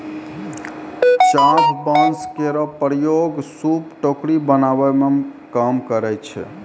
चाभ बांस केरो प्रयोग सूप, टोकरी बनावै मे काम करै छै